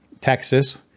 Texas